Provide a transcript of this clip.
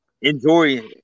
enjoy